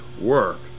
work